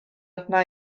arna